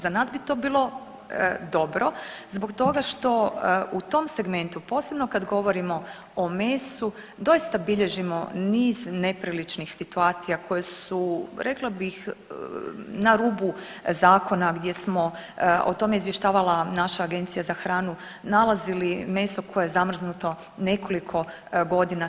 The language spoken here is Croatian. Za nas bi to bilo dobro zbog toga što u tom segmentu posebno kad govorimo o mesu doista bilježimo niz nepriličnih situacija koje su rekla bih na rubu zakona gdje smo o tome je izvještavala naša Agencija za hranu nalazili meso koje je zamrznuto nekoliko godina.